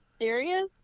serious